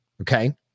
Okay